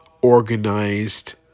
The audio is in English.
organized